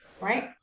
right